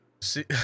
See